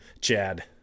Chad